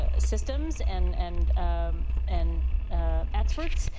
ah systems and and um and experts.